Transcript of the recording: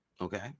Okay